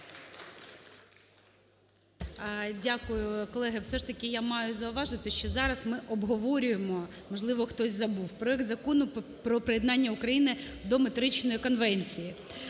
Дякую. Колеги, все ж таки я маю зауважити, що зараз ми обговорюємо, можливо хтось забув, проект Закону про приєднання України до Метричної конвенції.